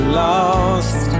lost